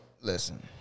listen